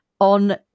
on